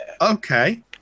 okay